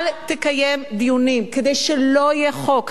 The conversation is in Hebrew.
אל תקיים דיונים, כדי שלא יהיה חוק.